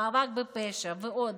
למאבק בפשע ועוד,